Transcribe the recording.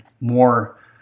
more